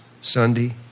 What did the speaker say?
Sunday